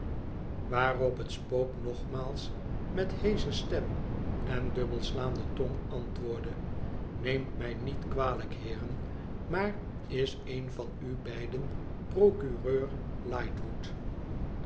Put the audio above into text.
waarop het spook nogmaals met heesche stem en dubbelslaande tong antwoordde t neemt mij niet kwalijk heeren maar is een van u beiden procureur lightwood